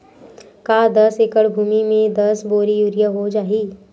का दस एकड़ भुमि में दस बोरी यूरिया हो जाही?